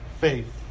faith